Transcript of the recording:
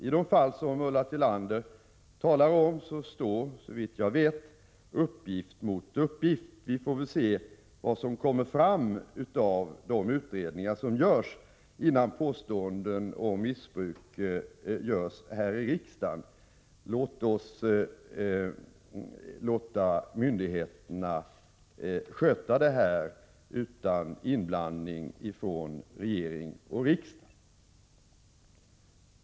I de fall som Ulla Tillander har talat om står, såvitt jag vet, uppgift mot uppgift. Vi får väl se vad som kommer fram av utredningarna, innan påståenden om missbruk görs här i riksdagen. Vi bör låta myndigheterna sköta det här utan inblandning från regering och riksdag.